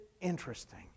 interesting